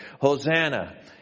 Hosanna